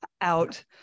out